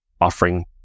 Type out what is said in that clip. offering